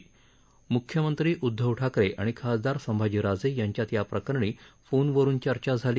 म्ख्यमंत्री उद्धव ठाकरे आणि खासदार संभाजी राजे यांच्यात याप्रकरणी फोनवरुन चर्चा झाली